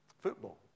football